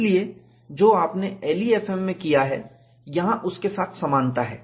इसलिए जो आपने LEFM में किया है यहां उसके साथ समानता है